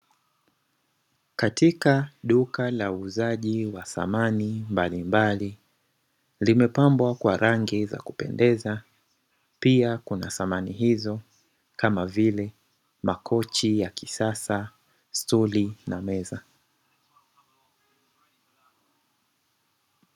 Katika duka la uuzaji wa samani mbalimbali, limepambwa kwa rangi za kupendeza, pia kuna samani hizo kama vile: makochi ya kisasa, stuli na meza.